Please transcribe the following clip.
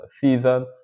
season